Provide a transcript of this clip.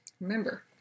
Remember